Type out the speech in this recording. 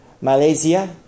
Malaysia